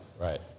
Right